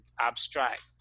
abstract